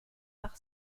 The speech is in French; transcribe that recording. par